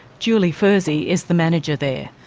julie fursey is the manager there.